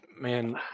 man